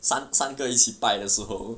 三三个一起拜的时候